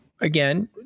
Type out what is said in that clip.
again